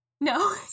No